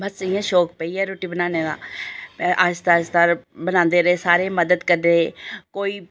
बस इ'यां शोक पेई गेआ रुट्टी बनाने दा आस्तै आस्तै बनांदे रेह् सारे मदद करदे हे कोई